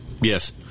Yes